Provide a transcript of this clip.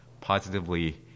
positively